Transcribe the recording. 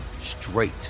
straight